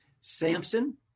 Samson